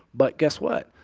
but guess what?